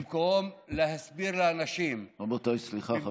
במקום להסביר לאנשים, רבותיי, סליחה.